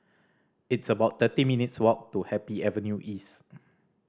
it's about thirty minutes' walk to Happy Avenue East